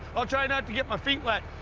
i'll try not to get my feet wet.